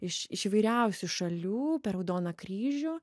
iš iš įvairiausių šalių per raudoną kryžių